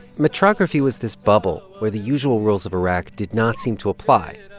metrography was this bubble where the usual rules of iraq did not seem to apply.